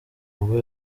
ubwo